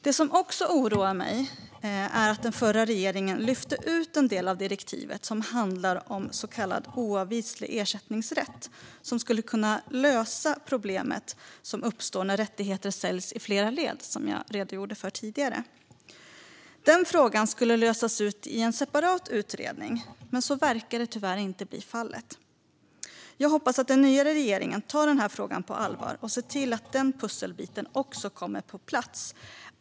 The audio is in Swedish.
Det som också oroar mig är att den förra regeringen lyfte ut en del av direktivet som handlar om så kallad oavvislig ersättningsrätt som skulle kunna lösa det problem som uppstår när rättigheter säljs i flera led, som jag redogjorde för tidigare. Den frågan skulle lösas ut i en separat utredning. Men så verkar tyvärr inte bli fallet. Jag hoppas att den nya regeringen tar denna fråga på allvar och ser till att denna pusselbit också kommer på plats.